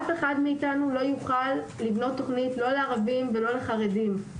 אף אחד מאתנו לא יוכל לבנות תוכנית לערביים ולא לחרדים.